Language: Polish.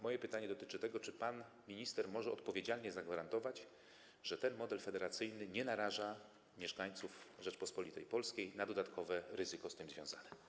Moje pytanie dotyczy tego, czy pan minister może odpowiedzialnie zagwarantować, że ten model federacyjny nie naraża mieszkańców Rzeczypospolitej Polskiej na dodatkowe ryzyko z tym związane.